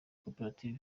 koperative